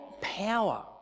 power